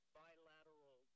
bilateral